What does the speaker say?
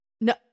No